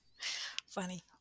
Funny